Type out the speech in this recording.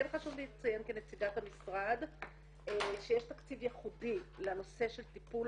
כן חשוב לי לציין כנציגת המשרד שיש תקציב ייחודי לנושא של טיפול